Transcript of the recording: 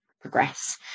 progress